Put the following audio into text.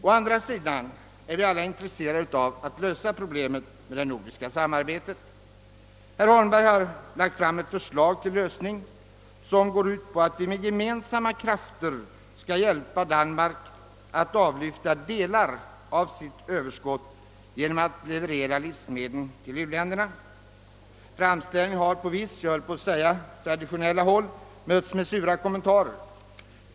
Å andra sidan är vi alla intresserade av att lösa problemet med det nordiska samarbetet. Herr Holmberg har lagt fram ett förslag till lösning som går ut på att vi med gemensamma krafter skall hjälpa Danmark att avlyfta delar av dess överskott genom att leverera livsmedel till u-länderna. Framställningen har på vissa — jag höll på att säga traditionella — håll mötts med sura kommentarer.